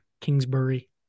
Kingsbury